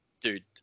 dude